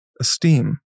esteem